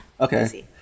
Okay